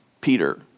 Peter